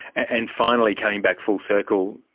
and finally, coming back full circle,